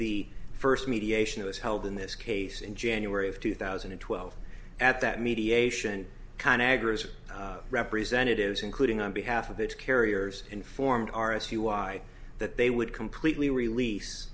the first mediation it was held in this case in january of two thousand and twelve at that mediation kind aggers representatives including on behalf of the carriers informed r s u i that they would completely release